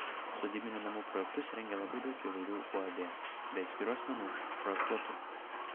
sodybinių namų projektus rengia labai daug įvairių uab bei atskirų asmenų projektuotojų